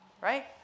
right